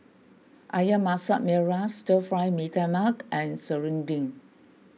Ayam Masak Merah Stir Fry Mee Tai Mak and Serunding